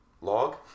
Log